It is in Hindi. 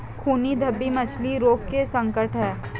खूनी धब्बे मछली रोग के संकेत हैं